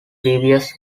previous